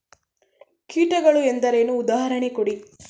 ಕೀಟಗಳು ಎಂದರೇನು? ಉದಾಹರಣೆ ಕೊಡಿ?